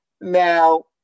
Now